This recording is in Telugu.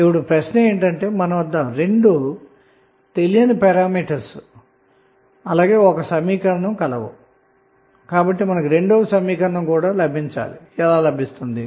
ఇప్పుడు మన వద్ద రెండు తెలియని పరిమితులు మరియు ఒక సమీకరణం ఉన్నాయి వీటి నుంచి మనకు రెండవ సమీకరణం ఎలా లభిస్తుంది